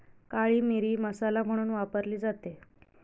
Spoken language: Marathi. काळी मिरी मसाला म्हणून वापरली जाते